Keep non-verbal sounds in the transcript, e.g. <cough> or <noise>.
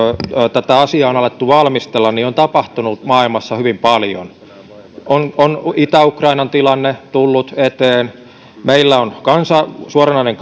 tätä asiaa on alettu valmistella on tapahtunut maailmassa hyvin paljon on on itä ukrainan tilanne tullut eteen meillä on suoranainen <unintelligible>